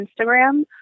Instagram